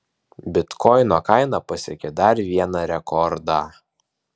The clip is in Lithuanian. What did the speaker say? bitkoino kaina pasiekė dar vieną rekordą